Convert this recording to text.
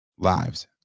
lives